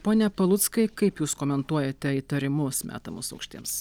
pone paluckai kaip jūs komentuojate įtarimus metamus aukštiems